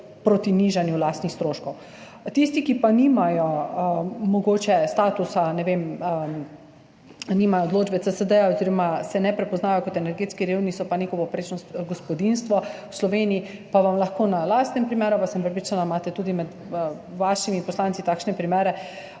proti nižanju lastnih stroškov. Tisti, ki pa mogoče nimajo statusa, ne vem, nimajo odločbe CSD oziroma se ne prepoznajo kot energetsko revni, so pa neko povprečno gospodinjstvo v Sloveniji, pa vam lahko na lastnem primeru [povem], pa sem prepričana, da imate tudi med vašimi poslanci takšne primere,